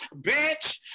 bitch